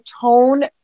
tone